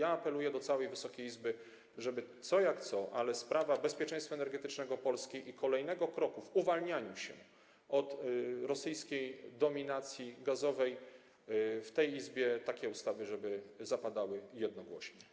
Apeluję do całej Wysokiej Izby, żeby co jak co, ale sprawa bezpieczeństwa energetycznego Polski i kolejnego kroku w uwalnianiu się od rosyjskiej dominacji gazowej... żeby w tej Izbie takie ustawy były przyjmowane jednogłośnie.